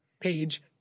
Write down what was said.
page